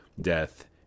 death